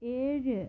ഏഴ്